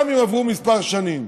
גם אם עברו כמה שנים.